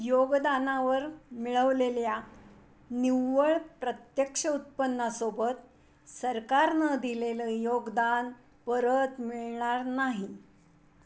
योगदानावर मिळवलेल्या निव्वळ प्रत्यक्ष उत्पन्नासोबत सरकारनं दिलेलं योगदान परत मिळणार नाही